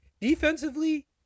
defensively